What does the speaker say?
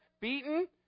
beaten